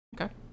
Okay